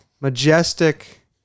majestic